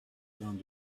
vingt